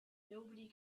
nobody